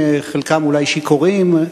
חלקם אולי שיכורים,